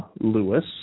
Lewis